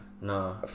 No